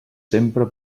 sempre